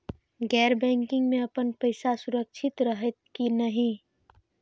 गैर बैकिंग में अपन पैसा सुरक्षित रहैत कि नहिं?